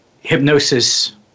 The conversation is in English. hypnosis